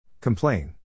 Complain